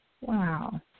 Wow